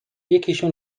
یکیشون